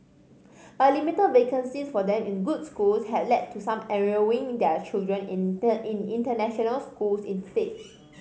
but limited vacancies for them in good schools have led to some enrolling their children in international schools instead